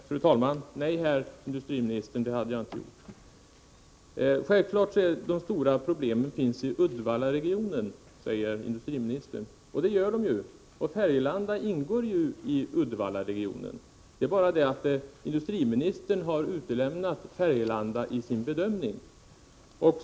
Fru talman! Nej, det hade jag inte gjort. Självfallet finns det stora problem i Uddevallaregionen, säger industriministern. Ja, det stämmer. Färgelanda ingår ju i Uddevallaregionen. Det är bara det att industriministern har utelämnat Färgelanda i sin bedömning.